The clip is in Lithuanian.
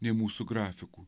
nei mūsų grafikų